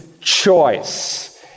choice